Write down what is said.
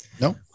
No